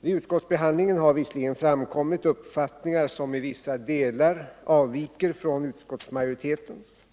Vid utskottsbehandlingen har visserligen framkommit uppfattningar som i vissa delar avviker från utskottsmajoritetens,